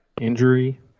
injury